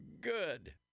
good